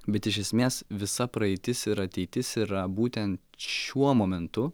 bet iš esmės visa praeitis ir ateitis yra būtent šiuo momentu